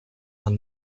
are